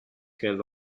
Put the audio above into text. held